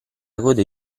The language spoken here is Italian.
gode